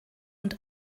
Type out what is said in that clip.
und